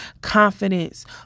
confidence